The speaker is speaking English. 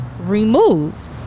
removed